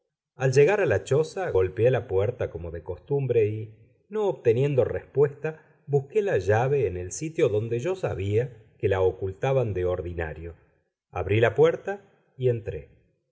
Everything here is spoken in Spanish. al llegar a la choza golpeé la puerta como de costumbre y no obteniendo respuesta busqué la llave en el sitio donde yo sabía que la ocultaban de ordinario abrí la puerta y entré